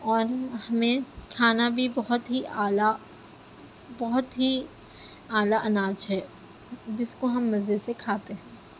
اور ہمیں کھانا بھی بہت ہی اعلیٰ بہت ہی اعلیٰ اناج ہے جس کو ہم مزے سے کھاتے ہیں